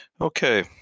Okay